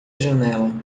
janela